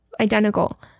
identical